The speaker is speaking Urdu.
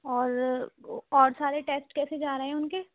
اور اور سارے ٹیسٹ کیسے جا رہے ہیں اُن کے